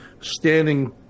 standing